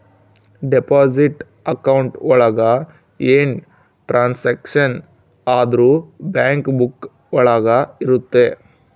deposit account ಒಳಗ ಏನೇ transaction ಆದ್ರೂ ಬ್ಯಾಂಕ್ ಬುಕ್ಕ ಒಳಗ ಇರುತ್ತೆ